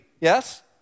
yes